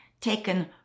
taken